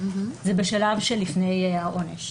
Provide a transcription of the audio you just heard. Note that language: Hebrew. זה בשלב של לפני העונש,